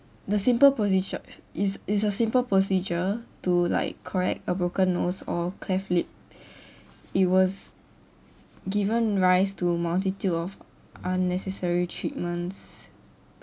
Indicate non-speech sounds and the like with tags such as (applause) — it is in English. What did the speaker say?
the simple procedu~ it's it's a simple procedure to like correct a broken nose or cleft lip (breath) it was given rise to a multitude of unnecessary treatments